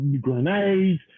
grenades